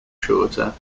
shorter